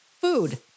food